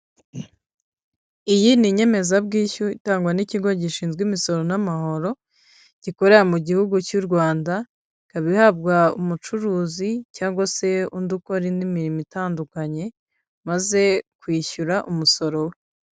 Iyi ni inyemezabwishyu, itangwa n'ikigo gishinzwe imisoro n'amahoro, gikorera mu gihugu cy'u Rwanda, ikaba ihabwa umucuruzi cyangwa se undi ukora indi mirimo itandukanye, maze kwishyura umusoro we.